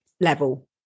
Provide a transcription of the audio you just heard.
level